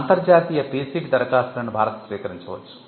అంతర్జాతీయ PCT దరఖాస్తులను భారత్ స్వీకరించవచ్చు